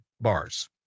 bars